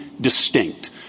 distinct